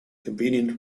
convenient